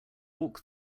walk